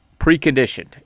preconditioned